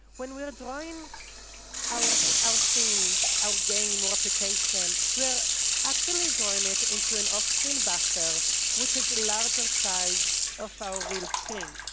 when we are drawing our so our scene, game or application, we're actually drawing it into an offskin backfill which is the larger size of our real scene.